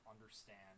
understand